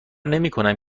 نمیکنم